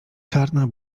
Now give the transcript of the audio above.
czarna